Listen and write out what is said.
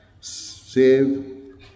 save